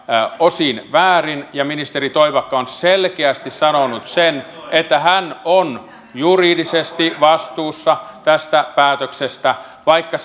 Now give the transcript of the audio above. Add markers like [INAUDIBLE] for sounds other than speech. osin väärin ja ministeri toivakka on selkeästi sanonut sen että hän on juridisesti vastuussa tästä päätöksestä vaikka [UNINTELLIGIBLE]